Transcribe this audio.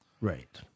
Right